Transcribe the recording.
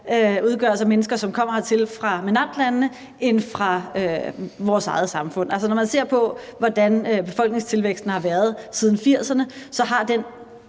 udgøres af mennesker, som kommer hertil fra MENAPT-landene end fra vores eget samfund. Altså, når man ser på, hvordan befolkningstilvæksten har været siden 1980'erne, så er den